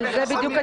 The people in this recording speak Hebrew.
על זה הדיון.